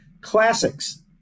Classics